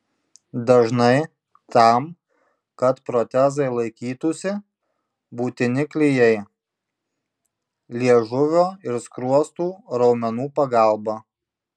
dažnai tam kad protezai laikytųsi būtini klijai liežuvio ir skruostų raumenų pagalba